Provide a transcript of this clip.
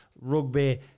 rugby